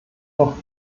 noch